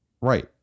right